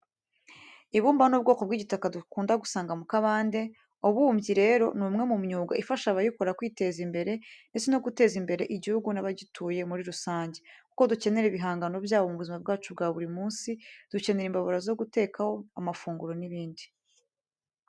Ibumba ni ubwoko by'igitaka dukunda gusanga mu kabande. Ububumbyi rero ni umwe mu myuga ifasha abayikora kwiteza imbere ndetse no guteza imbere igihugu n'abagituye muri rusange kuko dukenera ibihangano byabo mu buzima bwacu bwa buri munsi. Dukenera imbabura zo gutekaho amafunguro n'ibindi.